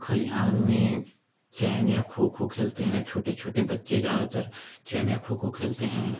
खलिहान में चैन या खो खो खेलते हैं छोटे छोटे बच्चे जादातर चैन या खो खो खेलते हैं